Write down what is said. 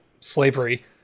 slavery